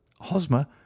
hosmer